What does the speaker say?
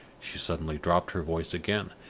she suddenly dropped her voice again,